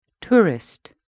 Tourist